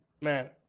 man